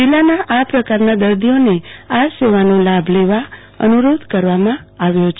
જીલ્લાના આ પ્રકારના દર્દીઓને આ સેવાનો લાભ લેવા અનુ રોધ કરવામાં આવ્યો છે